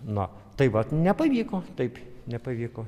nu tai vat nepavyko taip nepavyko